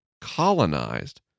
colonized